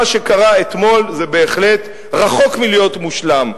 מה שקרה אתמול זה בהחלט רחוק מלהיות מושלם.